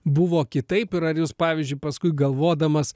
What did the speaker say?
buvo kitaip ir ar jūs pavyzdžiui paskui galvodamas